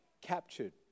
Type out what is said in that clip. captured